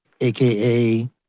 aka